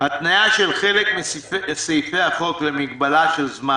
התניה של חלק מסעיפי החוק במגבלה של זמן